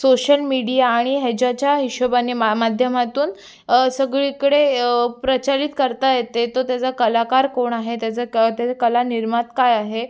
social media आणि ह्याच्याच्या हिशोबाने मा माध्यमातून सगळीकडे प्रचलित करता येते तो त्याचा कलाकार कोण आहे त्याच क त्याचा कला निर्मात काय आहे